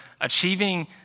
achieving